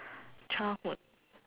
childhood